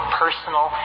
personal